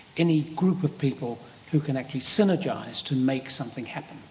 any group of people who can actually synergize to make something happen.